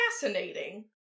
fascinating